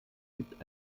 gibt